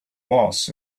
was